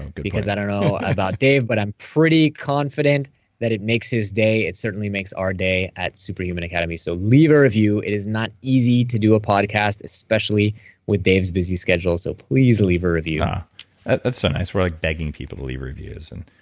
good point. because i don't know about dave, but i'm pretty confident that it makes his day. it certainly makes our day at superhuman academy. so leave a review. it is not easy to do a podcast, especially with dave's busy schedules. so please leave a review ah ah that's so nice. we're like begging people to leave reviews. and